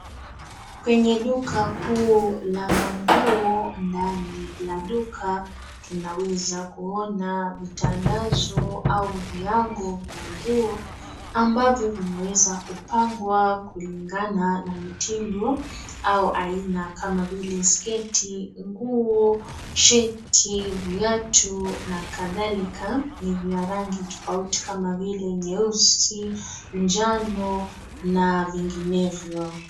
Kwenye duka kuu la nguo ndani la duka tunaweza kuona vitandazo au viango vya nguo ambavyo vimeweza kupangwa kulingana na mitindo au aina kama vile sketi, nguo, shati, viatu na kadhalika, ni vya rangi totauti kama vile nyeusi, njano na vinginevyo.